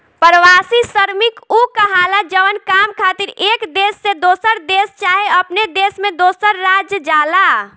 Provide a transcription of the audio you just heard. प्रवासी श्रमिक उ कहाला जवन काम खातिर एक देश से दोसर देश चाहे अपने देश में दोसर राज्य जाला